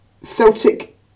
Celtic